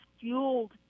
fueled